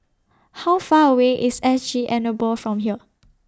How Far away IS S G Enable from here